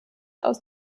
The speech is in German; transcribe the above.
aus